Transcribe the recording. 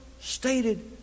stated